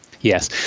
Yes